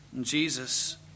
Jesus